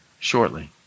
Shortly